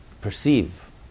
perceive